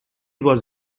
was